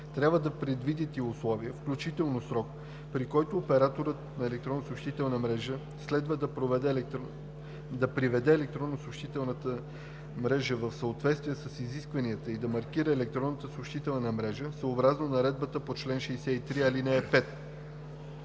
трябва да предвидят и условия, включително срок, при които операторът на електронна съобщителна мрежа следва да приведе електронната мрежа в съответствие с изискванията и да маркира електронната съобщителна мрежа, съобразно наредбата по чл. 63, ал. 5.“